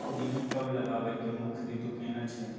गेहूं कब लगाबै के मुख्य रीतु केना छै?